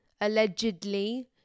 allegedly